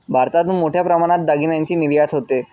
भारतातून मोठ्या प्रमाणात दागिन्यांची निर्यात होते